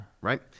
Right